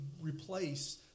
replace